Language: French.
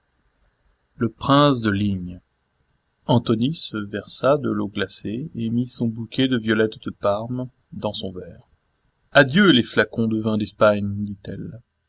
le prince de ligne antonie se versa de l'eau glacée et mit son bouquet de violettes de parme dans son verre adieu les flacons de vins d'espagne dit-elle